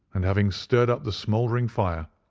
and having stirred up the smouldering fire,